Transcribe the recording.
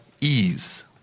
ease